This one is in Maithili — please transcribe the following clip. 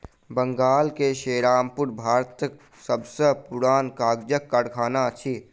बंगाल के सेरामपुर भारतक सब सॅ पुरान कागजक कारखाना अछि